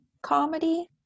comedy